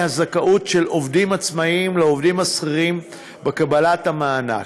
הזכאות של עובדים עצמאים לעובדים שכירים בקבלת המענק.